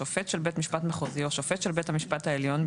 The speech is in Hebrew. שופט של בית משפט מחוזי או שופט של בית המשפט העליון,